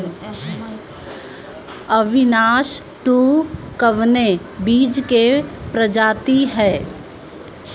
अविनाश टू कवने बीज क प्रजाति ह?